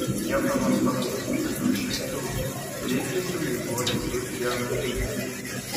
nieko nuostabaus kad viršuj tylu reikia įsivaizduoti kaip jie nuilsę